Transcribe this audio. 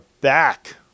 back